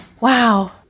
Wow